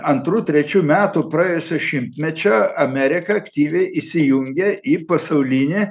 antrų trečių metų praėjusio šimtmečio amerika aktyviai įsijungė į pasaulinį